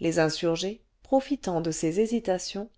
les insurgés profitant de ces hésitations